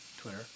Twitter